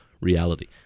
reality